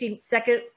second